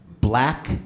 Black